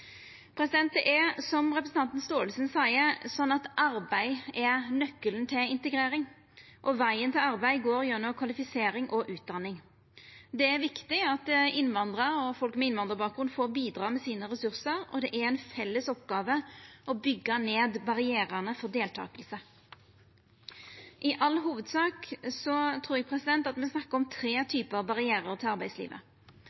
Det er, som representanten Gåsemyr Staalesen seier, slik at arbeid er nøkkelen til integrering, og vegen til arbeid går gjennom kvalifisering og utdanning. Det er viktig at innvandrarar og folk med innvandrarbakgrunn får bidra med sine resursar, og det er ei felles oppgåve å byggja ned barrierane for deltaking. I all hovudsak trur eg me snakkar om tre